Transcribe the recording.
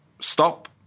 stop